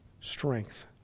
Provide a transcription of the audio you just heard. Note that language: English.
strength